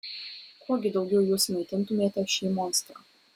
kuo gi daugiau jūs maitintumėte šį monstrą